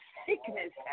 sickness